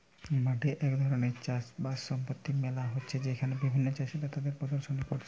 মাঠে এক ধরণের চাষ বাস সম্পর্কিত মেলা হচ্ছে যেখানে বিভিন্ন চাষীরা তাদের প্রদর্শনী কোরছে